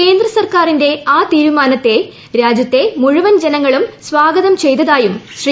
കേന്ദ്രസർക്കാരിന്റെ ആ തീരുമാനത്തെ രാജ്യത്തെ മുഴുവൻ ജനങ്ങളും സ്വാഗതം ചെയ്തതായും ശ്രീ